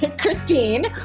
Christine